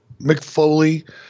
McFoley